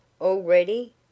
Already